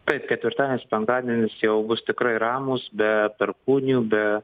taip ketvirtadienis penktadienis jau bus tikrai ramūs be perkūnijų be